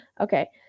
Okay